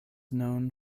known